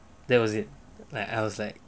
that was it like I was like